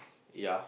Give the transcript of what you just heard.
ya